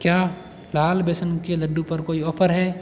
क्या लाल बेसन के लड्डू पर कोई ऑफर है